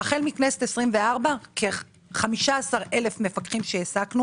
החל מכנסת 24 היו כ-15,000 מפקחים שהעסקנו